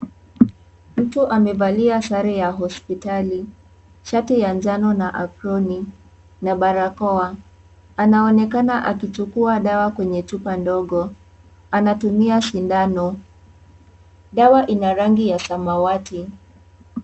"Mtu amevalia sare ya hosiptali , shati ya njano na aproni, na barakoa. Anaonekana akichukua dawa kwenye chupa ndogo ,anatumia sindano .Dawa inarangi ya samawati."